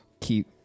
Keep